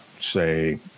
say